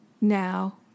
now